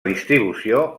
distribució